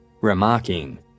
remarking